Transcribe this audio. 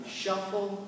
shuffle